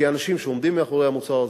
כאנשים שעומדים מאחורי המוצר הזה,